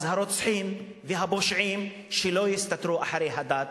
אז הרוצחים והפושעים, שלא יסתתרו מאחורי הדת.